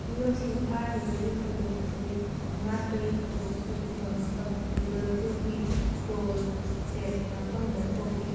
ꯃꯤꯑꯣꯏꯁꯤꯡ ꯐꯥꯈꯤꯕꯒꯤ ꯊꯧꯗꯣꯛ ꯑꯁꯤ ꯃꯤꯍꯥꯠꯄꯒꯤ ꯊꯧꯗꯣꯛ ꯊꯣꯛꯈꯤꯕ ꯃꯐꯝ ꯂꯤꯚꯔꯄꯨꯜꯒꯤ ꯀꯣꯛ ꯏꯁꯇꯦꯠ ꯃꯐꯝꯗ ꯊꯣꯛꯈꯤ